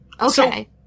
Okay